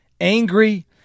angry